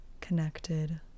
connected